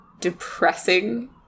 depressing